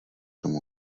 tomu